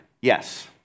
Yes